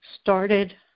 started